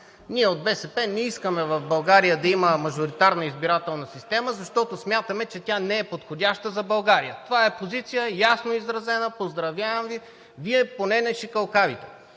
„Ние от БСП не искаме в България да има мажоритарна избирателна система, защото смятаме, че тя не е подходяща за България.“ Това е позиция ясно изразена, поздравявам Ви – Вие поне не шикалкавите.